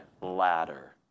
ladder